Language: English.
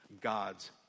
God's